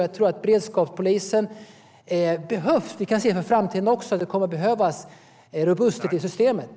Jag tror att beredskapspolisen behövs. Vi kan också se för framtiden att det kommer att behövas resurser till systemet.